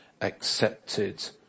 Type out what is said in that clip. accepted